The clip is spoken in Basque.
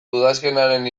udazkenaren